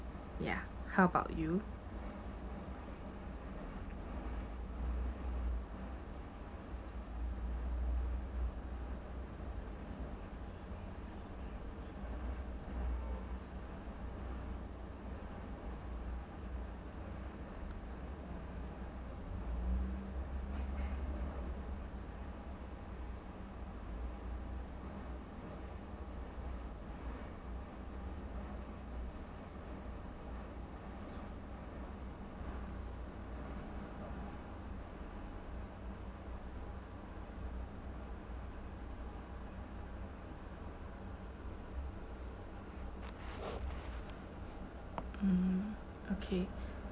ya how about you mm okay